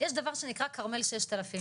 יש דבר שנקרא כרמל 6000,